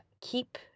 keep